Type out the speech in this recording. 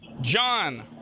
John